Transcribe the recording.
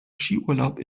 skiurlaub